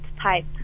type